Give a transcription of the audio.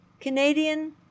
Canadian